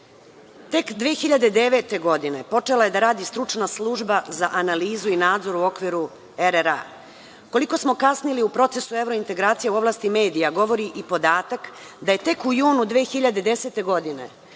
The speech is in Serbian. Tek 2009. godine počela je da radi stručna služba za analizu i nadzor u okviru RRA. Koliko smo kasnili u procesu evrointegracija u oblasti medija govori i podatak da je tek u junu 2010. godine